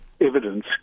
evidence